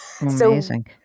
Amazing